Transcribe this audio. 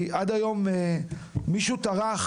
עד היום מישהו טרח